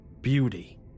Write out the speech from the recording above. beauty